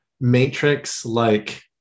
matrix-like